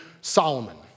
Solomon